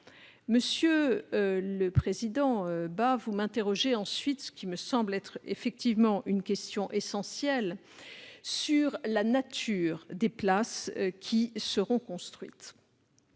Monsieur le président Bas, vous m'interrogez ensuite sur ce qui me semble être une question essentielle : la nature des places qui seront construites.